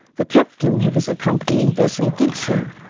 the captain of his accompanying vessel did so,